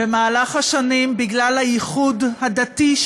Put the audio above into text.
במהלך השנים, בגלל האיסורים ההלכתיים